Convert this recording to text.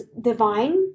divine